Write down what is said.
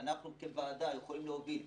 כוועדה יכולים להוביל.